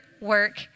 work